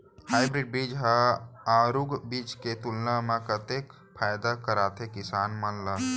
Hybrid बीज हा आरूग बीज के तुलना मा कतेक फायदा कराथे किसान मन ला?